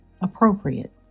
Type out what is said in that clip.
appropriate